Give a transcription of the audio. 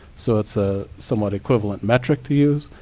so it's a somewhat equivalent metric to use.